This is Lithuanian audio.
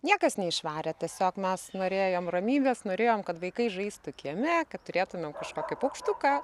niekas neišvarė tiesiog mes norėjom ramybės norėjom kad vaikai žaistų kieme kad turėtumėm kažkokį paukštuką